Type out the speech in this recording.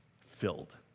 filled